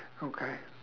okay